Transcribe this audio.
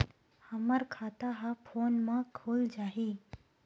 हमर खाता ह फोन मा खुल जाही?